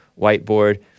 whiteboard